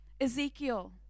Ezekiel